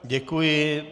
Děkuji.